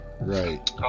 right